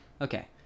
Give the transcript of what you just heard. Okay